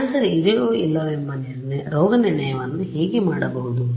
cancer ಇದೆಯೋ ಇಲ್ಲವೋ ಎಂಬ ರೋಗನಿರ್ಣಯವನ್ನು ಹೇಗೆ ಮಾಡಬಹುದು